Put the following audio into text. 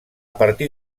partir